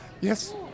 Yes